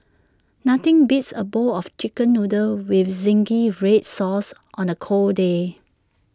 nothing beats A bowl of Chicken Noodles with Zingy Red Sauce on A cold day